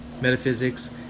metaphysics